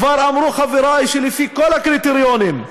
כבר אמרו חברי שלפי כל הקריטריונים,